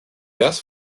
has